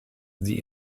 sie